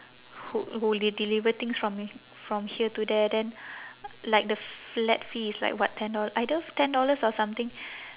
who who will deliver things from from here to there then like the flat fee is like what ten doll~ either ten dollars or something